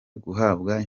guhabwa